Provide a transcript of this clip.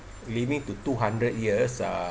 living to two hundred years uh